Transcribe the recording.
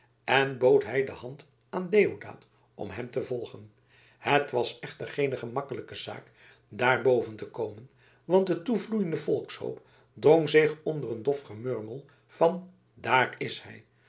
en bood hij de hand aan deodaat om hem te volgen het was echter geene gemakkelijke zaak daar boven te komen want de toevloeiende volkshoop drong zich onder een dof gemurmel van daar is hij